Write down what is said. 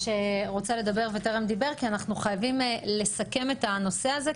שרוצה לדבר לפני שנסכם את הנושא הזה?